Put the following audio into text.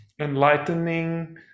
enlightening